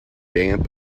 damp